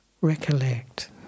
recollect